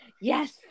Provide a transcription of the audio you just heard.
Yes